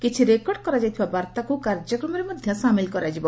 କିଛି ରେକର୍ଡ଼ କରାଯାଇଥିବା ବାର୍ତ୍ତାକ୍ କାର୍ଯ୍ୟକ୍ରମରେ ମଧ୍ୟ ସାମିଲ୍ କରାଯିବ